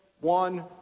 one